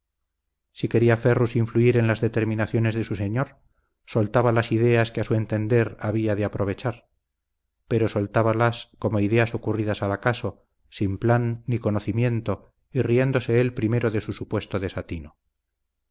si quería ferrus influir en las determinaciones de su señor soltaba las ideas que a su entender había de aprovechar pero soltábalas como ideas ocurridas al acaso sin plan ni conocimiento y riéndose él primero de su supuesto desatino